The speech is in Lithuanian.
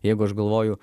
jeigu aš galvoju